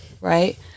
right